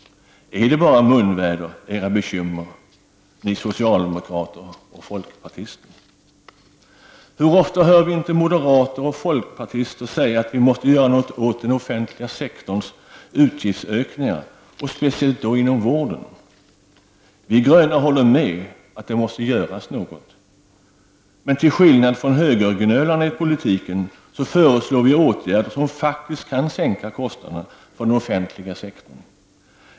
Är era bekymmer bara munväder, ni socialdemokrater och folkpartister? Hur ofta hör vi inte moderater och folkpartister säga att vi måste göra något åt den offentliga sektorns utgiftsökningar och speciellt då inom vården. Vi gröna håller med om att det måste göras något. Men till skillnad från högergnölarna i politiken föreslår vi åtgärder som faktiskt kan sänka kostnaderna för den offentliga sektorn.